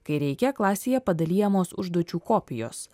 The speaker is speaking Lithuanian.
kai reikia klasėje padalijamos užduočių kopijos